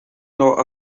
not